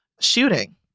shooting